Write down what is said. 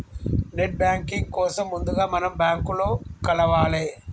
net banking కోసం ముందుగా మనం బ్యాంకులో కలవాలే